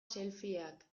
selfieak